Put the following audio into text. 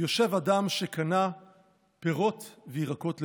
יושב / אדם שקנה פירות וירקות לביתו".